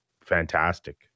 fantastic